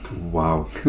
wow